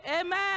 Amen